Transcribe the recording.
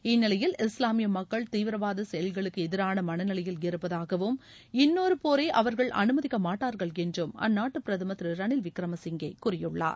இந்நிலையில் இஸ்லாமிய மக்கள் தீவிரவாத செயல்களுக்கு எதிரான மனநிலையில் இருப்பதாகவும் இன்னொரு போரை அவர்கள் அனுமதிக்க மாட்டார்கள் என்றும் அந்நாட்டு பிரதமர் திரு ரனில் விர்மசிங்கே கூறியுள்ளார்